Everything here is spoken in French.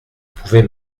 pouvez